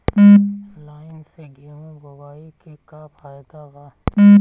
Line से गेहूं बोआई के का फायदा बा?